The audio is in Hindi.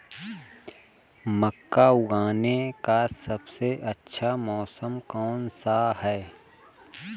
मक्का उगाने का सबसे अच्छा मौसम कौनसा है?